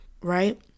right